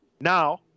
Now